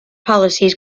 policies